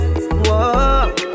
Whoa